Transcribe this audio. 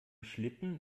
schlitten